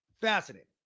Fascinating